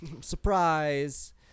Surprise